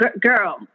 girl